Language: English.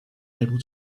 able